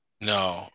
No